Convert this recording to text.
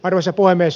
arvoisa puhemies